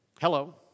Hello